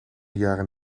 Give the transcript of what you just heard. jaren